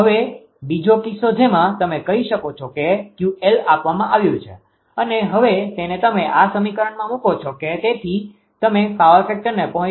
હવે બીજો કિસ્સો જેમાં તમે કહો છો કે 𝑄𝑙 આપવામાં આવ્યું છે અને હવે તેને તમે આ સમીકરણમાં મુકો છો કે જેથી તમે પાવર ફેક્ટરને ૦